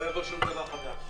לא יבוא שום דבר חדש.